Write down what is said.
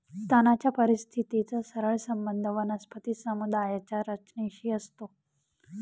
तणाच्या परिस्थितीचा सरळ संबंध वनस्पती समुदायाच्या रचनेशी असतो